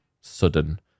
sudden